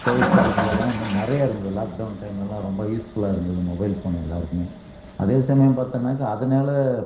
Covid காலத்துலலாம் வந்து நிறைய இருந்தது லாக்டவுன் டயம்லலாம் ரொம்ப யூஸ்ஃபுல்லாக இருந்தது மொபைல் ஃபோன் எல்லோருக்குமே அதே சமயம் பார்த்தனாக்க அதனால